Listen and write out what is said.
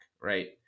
right